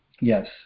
Yes